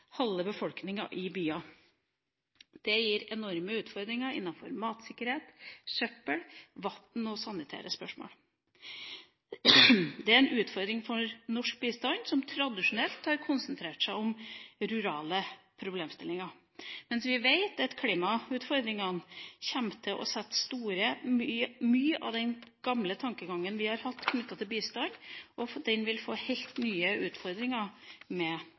halve befolkninga i byer. Det gir enorme utfordringer innenfor matsikkerhet, søppel, vann og sanitære spørsmål. Det er en utfordring for norsk bistand, som tradisjonelt har konsentrert seg om rurale problemstillinger. Vi vet at klimautfordringene kommer til å sette mye av den gamle tankegangen vi har hatt knyttet til bistand, på prøve. Bistanden vil få helt nye utfordringer med